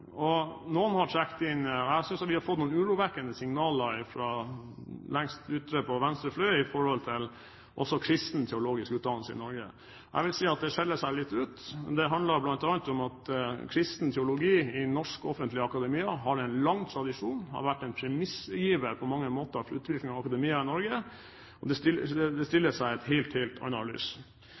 har fått noen urovekkende signaler fra lengst ute på venstre fløy som gjelder også kristenteologisk utdannelse i Norge. Jeg vil si at den skiller seg litt ut. Det handler bl.a. om at kristen teologi i norsk offentlig akademia har en lang tradisjon, den har på mange måter vært en premissgiver for utviklingen av akademia i Norge, og det stiller seg i et helt, helt